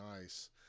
nice